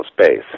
space